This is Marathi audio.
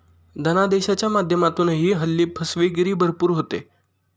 धनादेशाच्या माध्यमातूनही हल्ली फसवेगिरी भरपूर होते